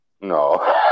no